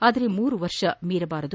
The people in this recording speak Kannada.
ಆದರೆ ಮೂರು ವರ್ಷ ಮೀರಬಾರದು